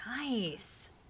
Nice